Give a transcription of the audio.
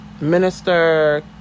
Minister